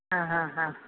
ആ ഹ ഹ